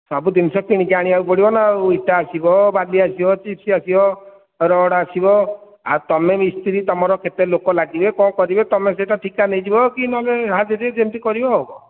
ସବୁ ଜିନିଷ କିଣିକି ଆଣିବାକୁ ପଡ଼ିବ ନା ଆଉ ଇଟା ଆସିବ ବାଲି ଆସିବ ଚିପ୍ସ୍ ଆସିବ ରଡ଼୍ ଆସିବ ଆଉ ତୁମେ ମିସ୍ତ୍ରୀ ତୁମର କେତେଲୋକ ଲାଗିବେ କ'ଣ କରିବେ ତୁମେ ଠିକା ନେଇଯିବ କି ନହେଲେ ହାଜିରି ଯେମିତି କରିବ ଆଉ କ'ଣ